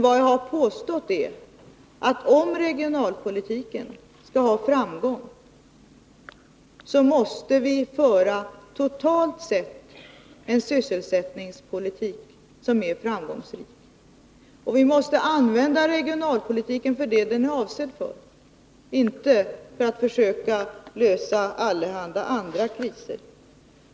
Vad jag har påstått är att om regionalpolitiken skall ha framgång, så måste vi föra en sysselsättningspolitik som totalt sett är framgångsrik. Vi måste använda regionalpolitiken för det den är avsedd för — inte för att försöka häva allehanda andra kriser.